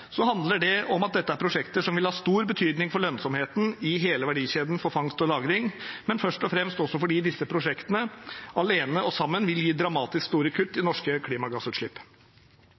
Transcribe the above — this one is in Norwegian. handler det om at dette er prosjekter som vil ha stor betydning for lønnsomheten i hele verdikjeden for fangst og lagring, og ikke minst at disse prosjektene – alene og sammen – vil gi dramatisk store kutt i norske klimagassutslipp.